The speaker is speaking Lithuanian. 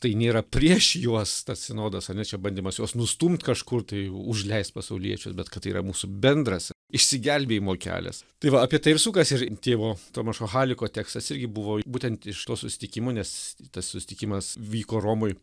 tai nėra prieš juos tas sinodas ar ne čia bandymas juos nustumt kažkur tai užleist pasauliečius bet kad tai yra mūsų bendras išsigelbėjimo kelias tai va apie tai ir sukasi ir tėvo tomašo haliko tekstas irgi buvo būtent iš to susitikimo nes tas susitikimas vyko romoj